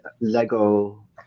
Lego